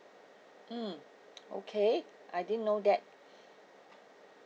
mm okay I didn't know that